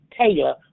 Taylor